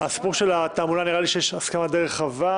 הסיפור של התעמולה נראה לי שיש הסכמה די רחבה.